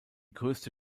größte